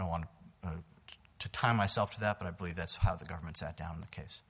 don't want to tie myself to that but i believe that's how the government set down the case